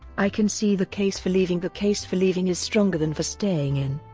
i can see the case for leaving the case for leaving is stronger than for staying in.